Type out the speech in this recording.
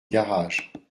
garage